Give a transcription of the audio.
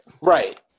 right